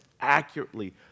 accurately